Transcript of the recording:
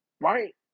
right